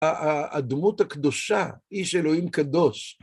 הדמות הקדושה היא שאלוהים קדוש.